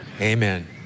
Amen